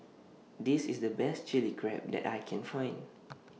This IS The Best Chilli Crab that I Can Find